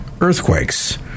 earthquakes